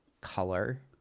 color